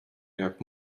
jak